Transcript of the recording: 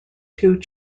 through